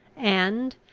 and,